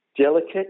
delicate